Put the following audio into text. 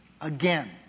again